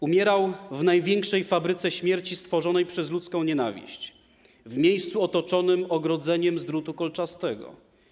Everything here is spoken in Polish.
Umierał w największej fabryce śmierci stworzonej przez ludzką nienawiść, w miejscu otoczonym ogrodzeniem z drutu kolczastego.